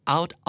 Out